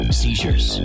seizures